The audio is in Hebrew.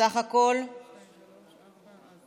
סך הכול: 16